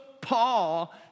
Paul